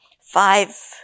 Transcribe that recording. five